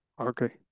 Okay